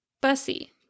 Bussy